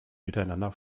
miteinander